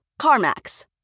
CarMax